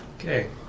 Okay